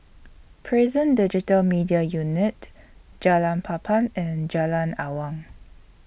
Prison Digital Media Unit Jalan Papan and Jalan Awang